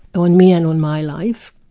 on me and on my life.